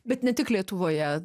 bet ne tik lietuvoje